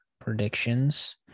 predictions